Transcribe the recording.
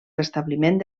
restabliment